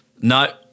No